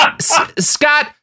Scott